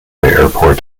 airport